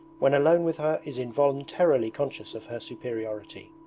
when alone with her is involuntarily conscious of her superiority.